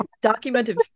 documented